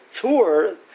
tour